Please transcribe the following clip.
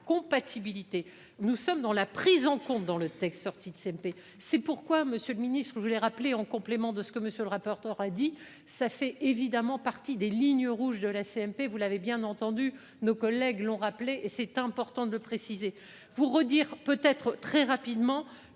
compatibilité. Nous sommes dans la prise en compte dans le texte sorti de CMT c'est pourquoi Monsieur le Ministre, je l'ai rappelé en complément de ce que monsieur le rapporteur, a dit ça fait évidemment partie des lignes rouges de la CMP, vous l'avez bien entendu nos collègues l'ont rappelé. C'est important de le préciser pour redire peut être très rapidement